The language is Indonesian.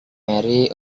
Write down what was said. mary